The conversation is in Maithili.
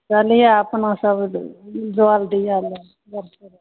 चलिहै अपनो सभ जल दियै लए